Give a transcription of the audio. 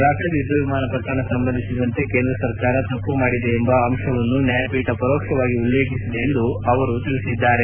Rafale ಯದ್ದ ವಿಮಾನ ಪ್ರಕರಣ ಸಂಬಂಧಿಸಿದಂತೆ ಕೇಂದ್ರ ಸರ್ಕಾರ ತಪ್ಪು ಮಾಡಿದ ಎಂಬ ಅಂಶವನ್ನು ನ್ಲಾಯಪೀಠ ಪರೋಕ್ಷವಾಗಿ ಉಲ್ಲೇಖಿಸಿದೆ ಎಂದು ಹೇಳಿದರು